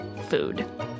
food